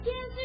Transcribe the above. Yes